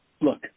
look